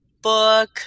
book